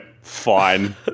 fine